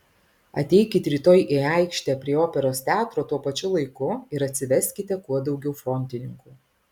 ateikit rytoj į aikštę prie operos teatro tuo pačiu laiku ir atsiveskite kuo daugiau frontininkų